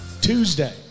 Tuesday